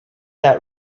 that